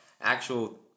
actual